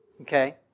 Okay